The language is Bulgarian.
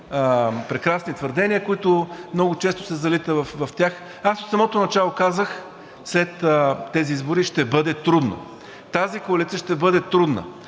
прекрасни твърдения, които много често лесно се залита в тях. Аз в самото начало казах: след тези избори ще бъде трудно, тази коалиция ще бъде трудна.